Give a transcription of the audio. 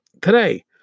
today